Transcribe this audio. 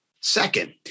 Second